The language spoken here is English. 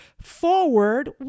forward